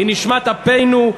היא נשמת אפנו,